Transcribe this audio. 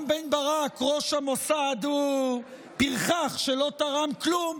רם בן ברק ראש המוסד הוא פרחח שלא תרם כלום,